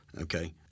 Okay